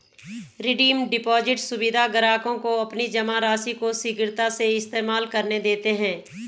redeem deposit सुविधा ग्राहकों को अपनी जमा राशि को शीघ्रता से इस्तेमाल करने देते है